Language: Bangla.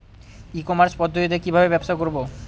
ই কমার্স পদ্ধতিতে কি ভাবে ব্যবসা করব?